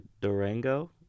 Durango